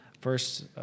first